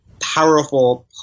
powerful